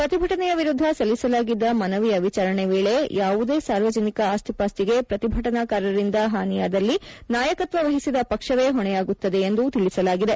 ಪ್ರತಿಭಟನೆಯ ವಿರುದ್ದ ಸಲ್ಲಿಸಲಾಗಿದ್ದ ಮನವಿಯ ವಿಚಾರಣೆ ವೇಳೆ ಯಾವುದೇ ಸಾರ್ವಜನಿಕ ಆಸ್ತಿ ಪಾಸ್ತಿಗೆ ಪ್ರತಿಭಟನಾಕಾರರಿಂದ ಹಾನಿಯಾದಲ್ಲಿ ನಾಯಕತ್ವ ವಹಿಸಿದ ಪಕ್ಷವೇ ಹೊಣೆಯಾಗುತ್ತದೆ ಎಂದು ತಿಳಿಸಲಾಗಿದೆ